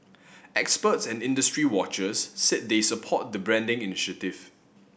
experts and industry watchers said they support the branding initiative